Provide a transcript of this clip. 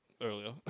Earlier